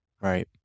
Right